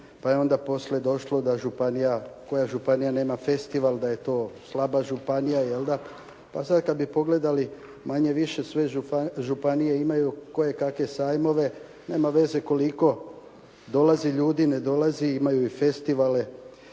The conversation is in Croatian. pa je onda poslije došlo koja županija nema festival da je to slaba županija. Pa sad kad bi pogledali, manje-više sve županije imaju kojekakve sajmove, nema veze koliko dolazi ljudi, ne dolazi, imaju festivale.